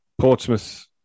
Portsmouth